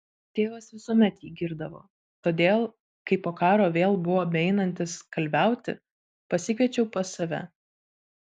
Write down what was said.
tėvas visuomet jį girdavo todėl kai po karo vėl buvo beeinantis kalviauti pasikviečiau pas save